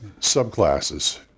subclasses